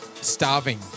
starving